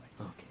Okay